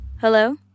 Hello